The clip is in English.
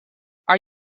are